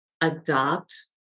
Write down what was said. adopt